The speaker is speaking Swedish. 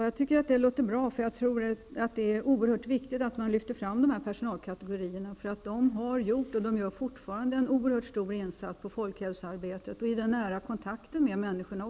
Fru talman! Jag tycker att det låter bra. Det är oerhört viktigt att man lyfter fram dessa personalkategorier. De har gjort och gör fortfarande en oerhört stor insats i folkhälsoarbetet och genom den nära kontakten med människorna.